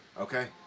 Okay